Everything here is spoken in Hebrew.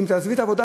אם תעזבי את העבודה,